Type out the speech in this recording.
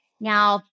Now